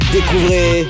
Découvrez